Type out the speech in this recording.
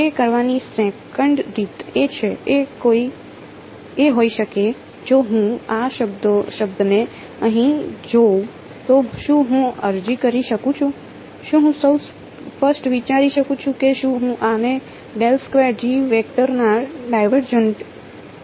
તે કરવાની સેકંડ રીત એ હોઈ શકે કે જો હું આ શબ્દને અહીં જોઉં તો શું હું અરજી કરી શકું છું શું હું સૌ ફર્સ્ટ વિચારી શકું છું કે શું હું આને વેક્ટરના ડાયવરજન્ટ તરીકે લખી શકું